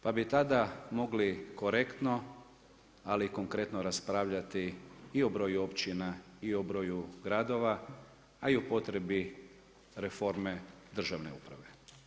Pa bi tada mogli korektno ali i konkretno raspravljati i o broju općina i o broju gradova, a i o potrebi reforme države uprave.